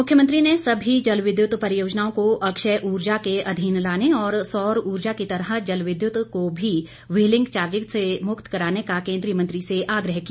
मुख्यमंत्री ने सभी जलविद्यूत परियोजनाओं को अक्ष्य उर्जा के अधीन लाने और सौर ऊर्जा की तरह जलविद्युत को भी व्हीलिंग चार्जिज से मुक्त कराने का केंद्रीय उर्जा मंत्री से आग्रह किया